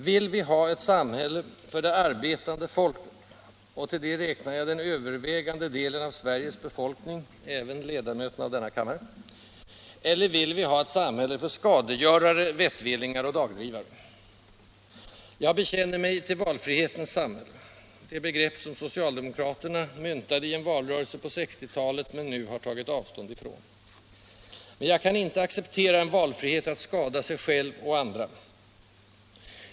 Vill vi ha ett samhälle för det arbetande folket — och till det räknar jag den övervägande delen av Sveriges befolkning, inklusive ledamöterna av denna kammare —- eller vill vi ha ett samhälle för skadegörare, vettvillingar och dagdrivare? Jag bekänner mig till valfrihetens samhälle — det begrepp som socialdemokraterna myntade i en valrörelse på 1960-talet men nu har tagit avstånd ifrån — men jag kan inte acceptera en valfrihet att skada sig själv och andra.